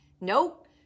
Nope